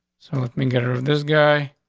so let me get out of this guy.